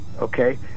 okay